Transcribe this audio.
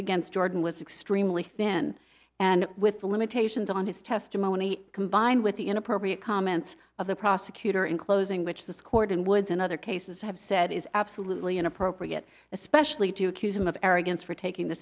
against jordan was extremely thin and with the limitations on his testimony combined with the inappropriate comments of the prosecutor in closing which this court and woods in other cases have said is absolutely inappropriate especially to accuse him of arrogance for taking the